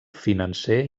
financer